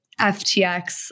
FTX